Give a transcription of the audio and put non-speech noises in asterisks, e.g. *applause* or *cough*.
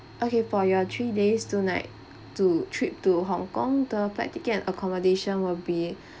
okay for your three days two night to trip to hong kong the flight ticket and accommodation will be *breath*